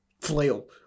flail